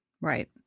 Right